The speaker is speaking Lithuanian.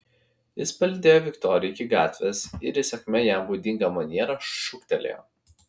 jis palydėjo viktoriją iki gatvės ir įsakmia jam būdinga maniera šūktelėjo